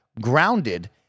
Grounded